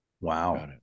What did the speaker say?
wow